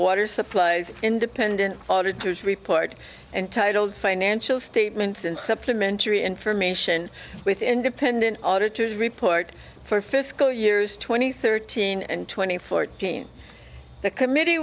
water supplies independent auditor's report and titled financial statements and supplementary information with independent auditors report for fiscal years twenty thirteen and twenty four game the committee